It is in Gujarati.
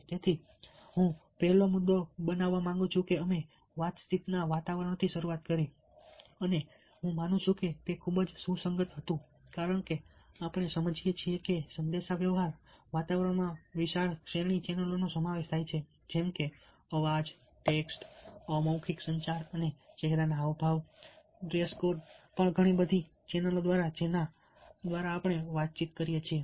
તેથી હું પહેલો મુદ્દો બનાવવા માંગુ છું કે અમે વાતચીતના વાતાવરણથી શરૂઆત કરી અને હું માનું છું કે તે ખૂબ જ સુસંગત હતું કારણ કે આપણે સમજીએ છીએ કે સંદેશાવ્યવહાર વાતાવરણમાં વિશાળ શ્રેણીની ચેનલોનો સમાવેશ થાય છે જેમ કે અવાજ ટેક્સ્ટ અમૌખિક સંચાર અને ચહેરાના હાવભાવ ડ્રેસ કોડ પણ ઘણી બધી ચેનલો જેના દ્વારા આપણે વાતચીત કરીએ છીએ